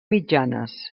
mitjanes